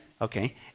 Okay